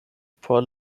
por